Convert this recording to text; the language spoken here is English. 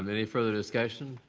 um any further discussion?